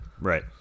Right